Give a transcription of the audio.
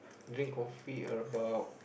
drink coffee about